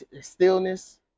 stillness